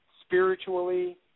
spiritually